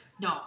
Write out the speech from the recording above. No